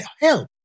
help